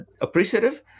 appreciative